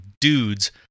dudes